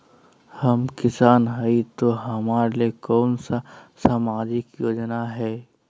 हम किसान हई तो हमरा ले कोन सा सामाजिक योजना है?